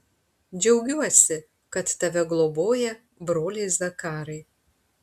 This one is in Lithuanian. džiaugiuosi kad tave globoja broliai zakarai